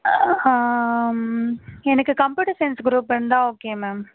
எனக்கு computer science group இருந்தால் okay ma'am